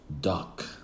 duck